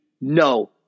No